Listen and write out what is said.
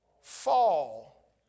fall